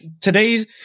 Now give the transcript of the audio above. Today's